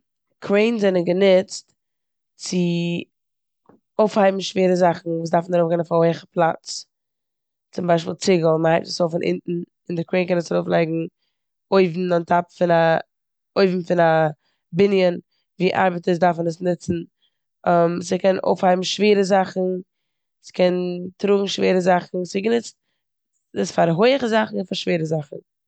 קרעינס זענען גענוצט צו אויפהייבן שווערע זאכן וואס דארפן ארויפגין אויף א הויעכע פלאץ, צום ביישפיל ציגל. מ'הייבט עס אויף פון אונטן און די קרעין קען עס ארויפלייגן אויבן אן טאפ פון א- אויבן פון א בנין ווי ארבעטערס דארפן עס נוצן. ס'קען אויפהייבן שווערע זאכן, ס'קען טראגן שווערע זאכן. ס'גענוצט פאר הויעכע זאכן און שווערע זאכן.